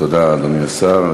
תודה, אדוני השר.